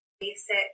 basic